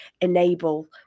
enable